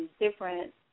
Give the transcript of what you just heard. different